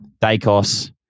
Dacos